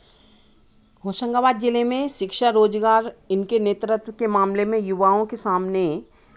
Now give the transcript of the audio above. होशंगाबाद जिले में शिक्षा रोज़गार इनके नेतृत्व के मामले में युवाओं के सामने